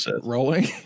rolling